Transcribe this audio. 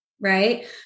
right